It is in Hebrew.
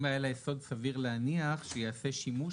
אם היה לה יסוד סביר להניח שייעשה שימוש